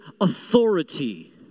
authority